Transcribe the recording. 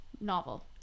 novel